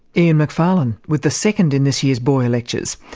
ian macfarlane with the second in this year's boyer lectures.